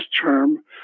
term